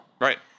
Right